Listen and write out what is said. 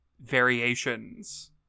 variations